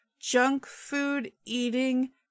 junk-food-eating